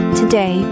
today